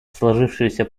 сложившуюся